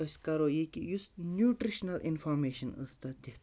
أسۍ کَرو یہِ کہِ یُس نیوٗٹِرٛشنَل اِنفارمیشَن ٲس تَتھ دِتھ